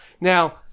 now